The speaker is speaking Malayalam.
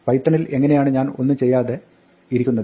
പൈത്തണിൽ എങ്ങിനെയാണ് ഞാൻ ഒന്നും ചെയ്യാതെ ഇരിക്കുന്നത്